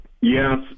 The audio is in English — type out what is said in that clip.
Yes